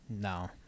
no